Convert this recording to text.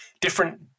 different